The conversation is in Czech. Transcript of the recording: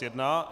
1.